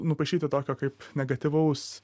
nupaišyti tokio kaip negatyvaus